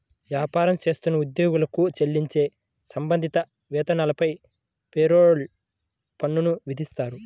వ్యాపారం చేస్తున్న ఉద్యోగులకు చెల్లించే సంబంధిత వేతనాలపై పేరోల్ పన్నులు విధిస్తారు